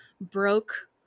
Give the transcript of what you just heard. broke